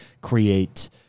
create